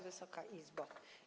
Wysoka Izbo!